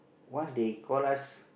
once they call us